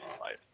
life